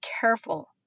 careful